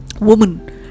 Woman